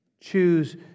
Choose